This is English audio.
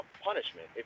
punishment